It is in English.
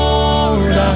Lord